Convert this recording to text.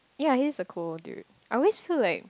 ya he's a cool dude I always feel like